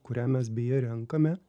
kurią mes beje renkame